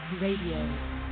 Radio